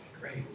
Great